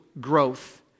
growth